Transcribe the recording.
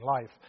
life